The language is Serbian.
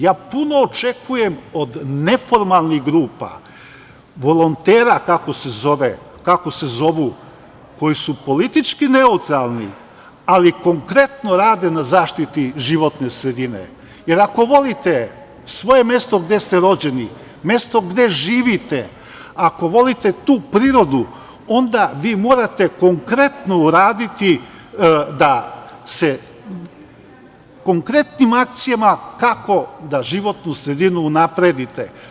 Ja puno očekujem od neformalnih grupa, volontera koji su politički neutralni, ali konkretno rade na zaštiti životne sredine, jer ako volite svoje mesto gde ste rođeni, mesto gde živite, ako volite tu prirodu, onda vi morate konkretno uraditi konkretnim akcijama kako da životnu sredinu unapredite.